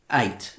eight